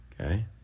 okay